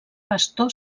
pastor